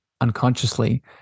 unconsciously